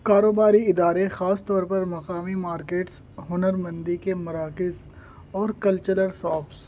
کاروباری ادارے خاص طور پر مقامی مارکیٹس ہنر مندی کے مراکز اور کلچرل ساپس